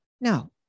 no